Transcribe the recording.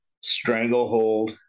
Stranglehold